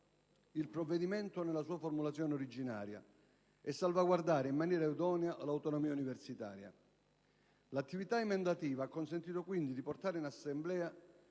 il provvedimento nella sua formulazione originaria e salvaguardare in maniera idonea l'autonomia universitaria. L'attività emendativa ha consentito quindi di portare in Assemblea